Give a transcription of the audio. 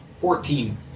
Fourteen